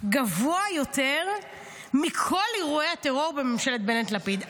גבוה יותר מכל אירועי הטרור בממשלת בנט-לפיד?